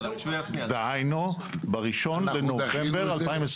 דהינו ב-1 בנובמבר 2024?